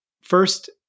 first